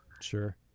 Sure